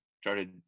started